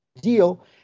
Deal